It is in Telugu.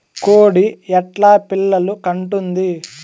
కోడి ఎట్లా పిల్లలు కంటుంది?